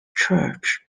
church